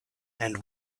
and